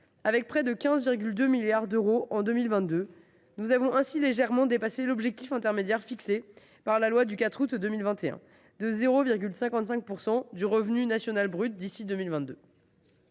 Avec près de 15,2 milliards d’euros en 2022, nous avons ainsi légèrement dépassé l’objectif intermédiaire, fixé par la loi du 4 août 2021, de 0,55 % du revenu national brut en 2022.